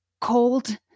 cold